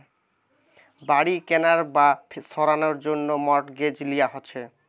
বাড়ি কেনার বা সারানোর জন্যে মর্টগেজ লিয়া হচ্ছে